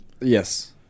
Yes